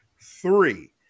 three